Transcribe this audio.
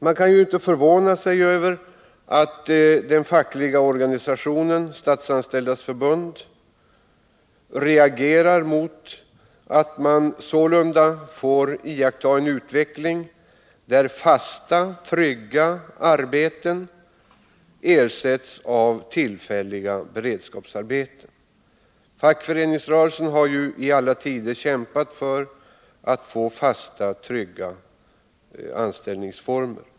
Man kan inte förvåna sig över att den fackliga organisationen, Statsanställdas förbund, reagerar mot en utveckling där fasta, trygga arbeten ersätts med tillfälliga beredskapsarbeten. Fackföreningsrörelsen har i alla tider kämpat för att få fasta, trygga anställningsformer.